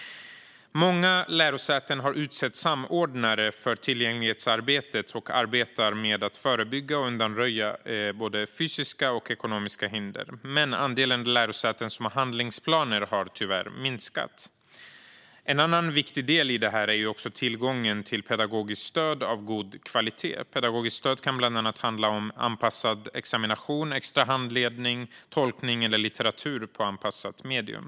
Många lärosäten har utsett samordnare för tillgänglighetsarbetet och arbetar med att förebygga och undanröja både fysiska och ekonomiska hinder. Men andelen lärosäten som har handlingsplaner har tyvärr minskat. En annan viktig del är tillgången till pedagogiskt stöd av god kvalitet. Pedagogiskt stöd kan handla om bland annat anpassad examination, extra handledning, tolkning eller litteratur på anpassat medium.